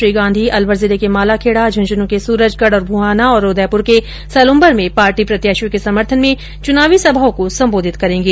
श्री गांधी अलवर जिले के मालाखेडा झुंझनूं के सूरजगढ और बुहाना और उदयपुर के सलुम्बर क्षेत्र में पार्टी प्रत्याशियों के समर्थन में चुनावी सभाओं को संबोधित करेंगे